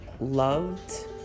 loved